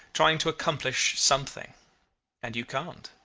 trying to accomplish something and you can't.